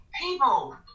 people